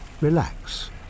Relax